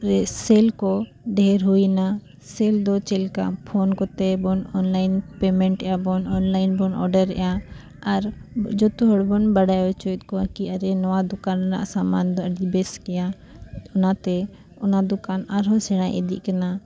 ᱨᱮ ᱥᱮᱞ ᱠᱚ ᱰᱷᱮᱨ ᱦᱩᱭᱮᱱᱟ ᱥᱮᱞ ᱫᱚ ᱪᱮᱫ ᱞᱮᱠᱟ ᱯᱷᱳᱱ ᱠᱚᱛᱮᱵᱚᱱ ᱚᱱᱞᱟᱭᱤᱱ ᱯᱮᱢᱮᱱᱴ ᱮᱫᱟᱵᱚᱱ ᱚᱱᱞᱟᱭᱤᱱ ᱵᱚᱱ ᱚᱰᱟᱨᱮᱫᱟ ᱟᱨ ᱡᱚᱛᱚ ᱦᱚᱲ ᱵᱚᱱ ᱵᱟᱰᱟᱭ ᱦᱚᱪᱚᱭᱮᱫ ᱠᱚᱣᱟ ᱠᱤ ᱟᱨᱮ ᱱᱚᱣᱟ ᱫᱚᱠᱟᱱ ᱨᱮᱱᱟᱜ ᱥᱟᱢᱟᱱ ᱫᱚ ᱟᱹᱰᱤ ᱵᱮᱥ ᱜᱮᱭᱟ ᱚᱱᱟᱛᱮ ᱚᱱᱟ ᱫᱚᱠᱟᱱ ᱟᱨᱦᱚᱸ ᱥᱮᱬᱟᱭ ᱤᱫᱤᱜ ᱠᱟᱱᱟ